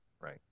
right